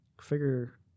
figure